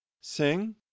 Sing